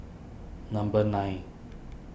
number nine